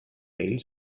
mail